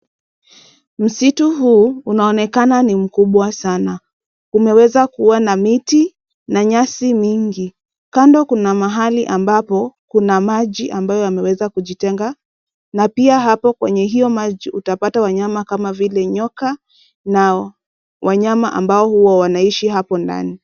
Msitu huu unaonekana ni mkubwa sana, kumeweza kuonekana kuna miti na nyasi mingi, kando kuna mahali ambapo kuna maji mengi yameweza kujitenga na pia hapo kwenye hio maji utapata wanyama kama vile nyoka, nao wanyama ambao hua wanaishi hapo ndani.